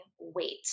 weight